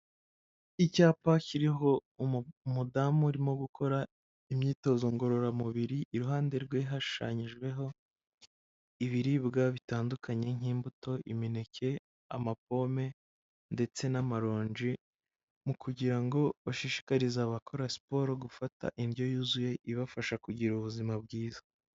Icyapa kiriho umudamu urimo gukora imyitozo ngororamubiri, iruhande rwiwe hashanyijweho ibiribwa bitandukanye nk'imbuto, imineke, amapome ndetse n'amaronji, mu kugira ngo bashishikarize abakora siporo gufata indyo yuzuye, ibafasha kugira ubuzima bwiza.